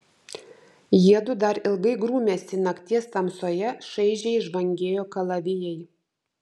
jiedu dar ilgai grūmėsi nakties tamsoje šaižiai žvangėjo kalavijai